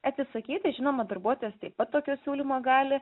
atsisakyti žinoma darbuotojas taip pat tokio siūlymo gali